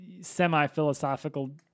semi-philosophical